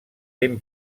ben